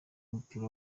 w’umupira